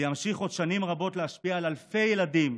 וימשיך עוד שנים רבות להשפיע על אלפי ילדים.